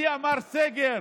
מי אמר סגר?